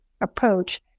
approach